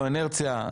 לא אינרציה,